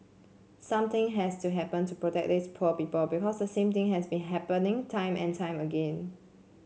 something has to happen to protect these poor people because the same thing has been happening time and time again